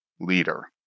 leader